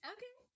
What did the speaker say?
Okay